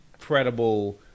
credible